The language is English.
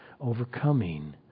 overcoming